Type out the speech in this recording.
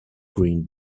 green